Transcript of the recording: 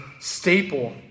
staple